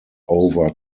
over